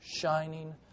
shining